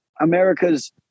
America's